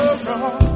wrong